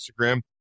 Instagram